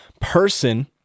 person